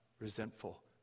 resentful